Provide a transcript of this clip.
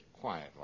quiet